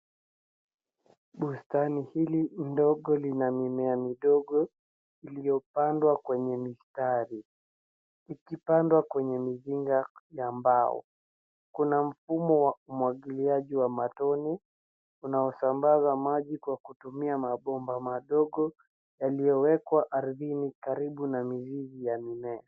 Bustani hili ndogo lina mimea midogo iliyopandwa kwenye mistari ikipandwa kwenye mizinga ya mbao. Kuna mfumo wa umwagiliaji wa matone unaosambaza maji kwa kutumia mabomba madogo yaliyowekwa ardhini karibu na mizizi ya mimea.